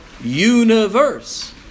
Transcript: universe